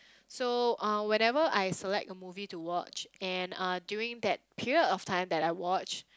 so uh whenever I select a move to watch and uh during that period of time that I watch